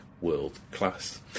world-class